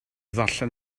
ddarllen